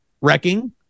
wrecking